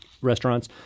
restaurants